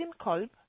Kolb